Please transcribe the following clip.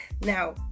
Now